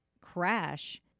crash